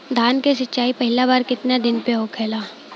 धान के सिचाई पहिला बार कितना दिन पे होखेला?